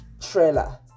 trailer